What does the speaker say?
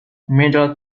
middle